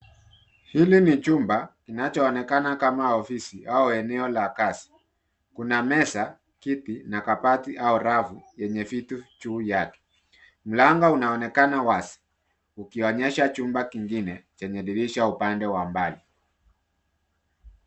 Hili ni chumba kinachonekana kama ofisi au eneo la kazi. Kuna meza, kiti na kabati au rafu yenye vitu juu yake. Mlango unaonekana wazi ukionyesha chumba kingine chenye dirisha upande wa mbali.